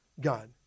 God